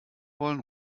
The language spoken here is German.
wollen